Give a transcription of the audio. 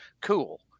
cool